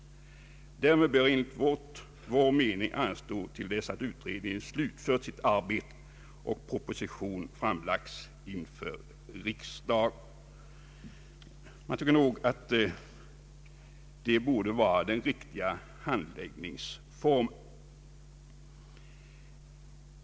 Därmed bör enligt vår mening anstå till dess att utredningen slutfört sitt arbete och proposition framlagts inför riksdagen.” Man tycker nog att detta borde vara den riktiga handläggningsformen.